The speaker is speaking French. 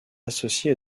associés